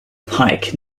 pike